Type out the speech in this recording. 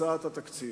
הצעת התקציב,